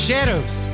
Shadows